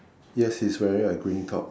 yes he's wearing a green top